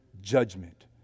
judgment